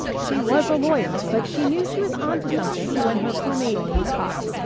she was a lawyer but she knew she was on to something when her homemade cake pops,